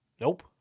Nope